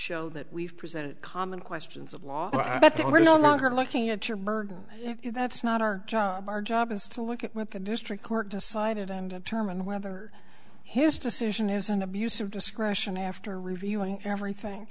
show that we've presented common questions of law that there were no longer looking at your murder that's not our job our job is to look at what the district court decided i'm determined whether his decision is an abuse of discretion after reviewing everything